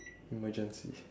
emergency